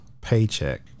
paycheck